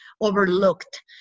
overlooked